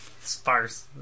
sparse